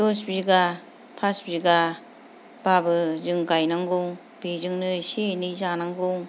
दस बिघा पास बिघाबाबो जों गायनांगौ बेजोंनो एसे एनै जानांगौ